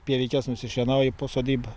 pievikes nusišienauji i po sodybą